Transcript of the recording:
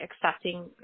accepting